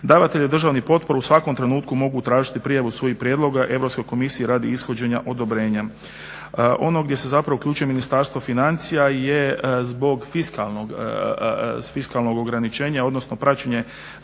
Davatelji državnih potpora u svakom trenutku mogu tražiti prijavu svojih prijedloga EU komisiji radi ishođenja odobrenja. Ono gdje se uključuje Ministarstvo financija je zbog fiskalnog ograničenja odnosno praćenje